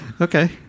Okay